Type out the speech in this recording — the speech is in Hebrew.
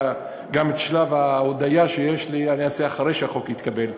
גם את שלב ההודיה שיש לי אני אעשה אחרי שהחוק יתקבל.